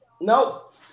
Nope